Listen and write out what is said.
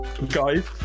guys